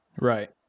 Right